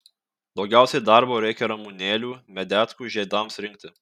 daugiausiai darbo reikia ramunėlių medetkų žiedams rinkti